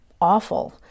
awful